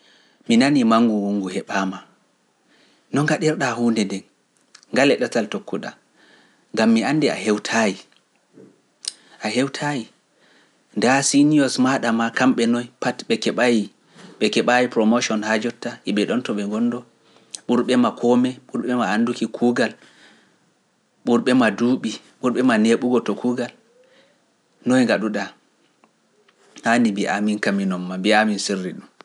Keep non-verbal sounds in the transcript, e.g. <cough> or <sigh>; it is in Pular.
<noise> Mi nani mangu ngu heɓaama, no ngaɗirɗa huunde ɗen, ngale ɗatal tokkuɗa, ngam mi anndi a hewtayi, a hewtayi, daa siniyoos maaɗa ma kamɓe noy pati ɓe keɓayi promotion haa jotta, e ɓe ɗonto ɓe gondo, ɓurɓema kome, ɓurɓema anduki kuugal, ɓurɓema duuɓi, ɓurɓema neɓugo to kuugal, noy ngaɗuɗa? Haani mbiya amin kaminon ma mbiya amin sirri ɗum.